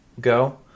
go